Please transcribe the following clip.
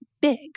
Big